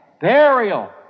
burial